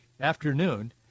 afternoon